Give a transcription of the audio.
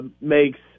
makes